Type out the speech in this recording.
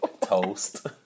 Toast